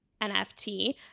NFT